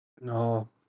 no